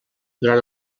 durant